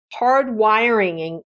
hardwiring